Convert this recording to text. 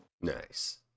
Nice